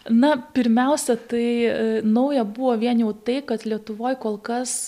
na pirmiausia tai nauja buvo vien jau tai kad lietuvoj kol kas